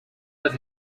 dass